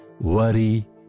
worry